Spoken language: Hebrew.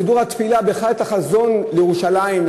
מסידור התפילה בכלל את החזון לירושלים,